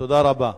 תודה רבה.